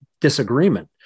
disagreement